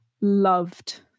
loved